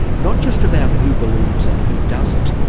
not just about who believes and who doesn't,